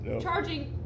charging